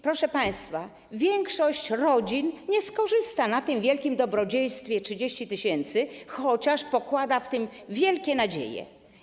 Proszę państwa, większość rodzin nie skorzysta na tym wielkim dobrodziejstwie w wysokości 30 tys., chociaż pokłada w tym wielkie nadzieje.